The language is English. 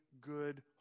good